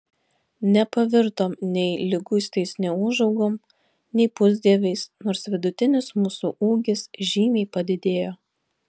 nepavirtom nei liguistais neūžaugom nei pusdieviais nors vidutinis mūsų ūgis žymiai padidėjo